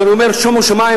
אז אני אומר: שומו שמים,